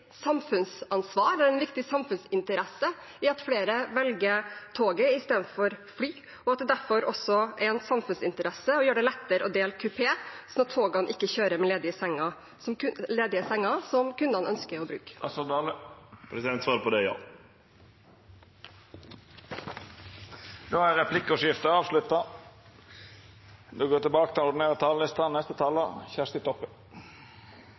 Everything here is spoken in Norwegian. samfunnsansvar og i samfunnets interesse at flere velger tog i stedet for fly, og at det derfor også er i samfunnets interesse å gjøre det lettere å dele kupé, slik at togene ikke kjører med ledige senger som kundene ønsker å bruke? Svaret på det er ja. Replikkordskiftet er avslutta.